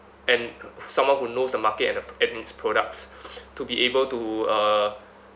and someone who knows the market and the and its products to be able to uh